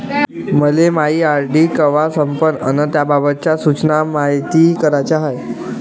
मले मायी आर.डी कवा संपन अन त्याबाबतच्या सूचना मायती कराच्या हाय